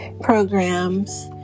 programs